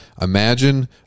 Imagine